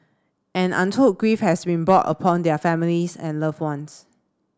and untold grief has been brought upon their families and loved ones